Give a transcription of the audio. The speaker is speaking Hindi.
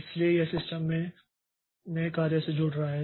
इसलिए यह सिस्टम में नए कार्य से जुड़ रहा है